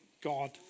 God